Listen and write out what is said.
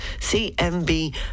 CMB